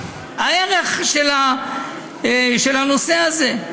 הערך של הנושא הזה.